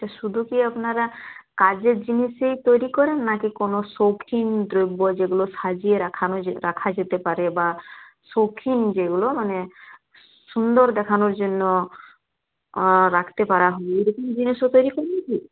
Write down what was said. আচ্ছা শুধু কি আপনারা কাজের জিনিসই তৈরি করেন নাকি কোনো শৌখিন দ্রব্য যেগুলো সাজিয়ে রাখানো রাখা যেতে পারে বা শৌখিন যেগুলো মানে সুন্দর দেখানোর জন্য রাখতে পারা হয় এরকম জিনিসও তৈরি করেন কি